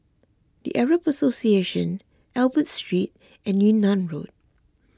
the Arab Association Albert Street and Yunnan Road